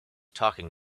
talking